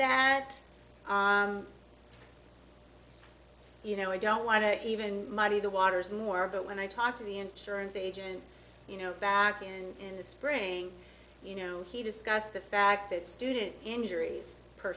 that you know i don't want to even muddy the waters more but when i talked to the insurance agent you know back in the spring you know he discussed the fact that student injuries per